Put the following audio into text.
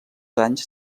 anys